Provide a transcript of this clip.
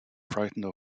frightened